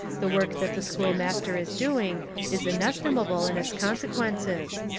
the work that the schoolmaster is doing is inestimable in its consequences.